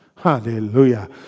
Hallelujah